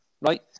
right